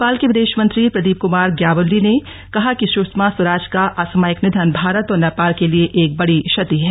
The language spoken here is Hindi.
नेपाल के विदेश मंत्री प्रदीप कुमार ग्यावली ने कहा है कि सुषमा स्वराज का असामयिक निधन भारत और नेपाल के लिए एक बड़ी क्षति है